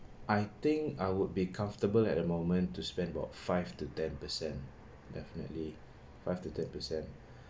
I think I would be comfortable at the moment to spend about five to ten percent definitely five to ten percent